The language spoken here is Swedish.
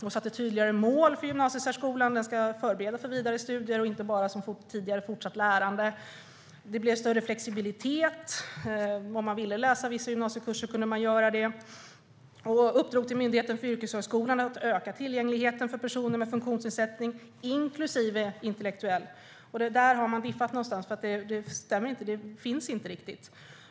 Vi satte upp tydligare mål för gymnasiesärskolan - den ska förbereda för vidare studier och inte bara som tidigare för fortsatt lärande. Det blev större flexibilitet - om man ville läsa vissa gymnasiekurser kunde man göra det. Vi uppdrog också till Myndigheten för yrkeshögskolan att öka tillgängligheten för personer med funktionsnedsättning, inklusive intellektuell. Där har det diffat någonstans, för det stämmer inte - det finns inte riktigt.